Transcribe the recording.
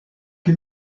qui